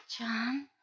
John